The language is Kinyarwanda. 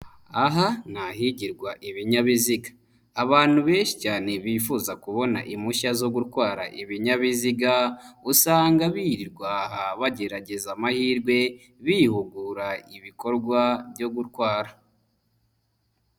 Aha ni ahigirwa ibinyabiziga. Abantu benshi cyane bifuza kubona impushya zo gutwara ibinyabiziga, usanga birirwa bagerageza amahirwe, bihugura ibikorwa byo gutwara.